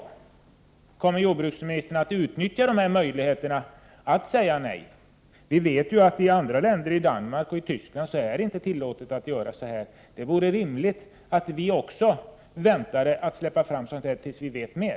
Kommer jordbruksministern att utnyttja möjligheterna att säga nej? Vi vet ju att det i andra länder — i Danmark och i Tyskland -— inte är tillåtet att göra så som hos oss. Det vore rimligt att vi också väntade med att släppa fram sådan här teknik tills vi vet mer.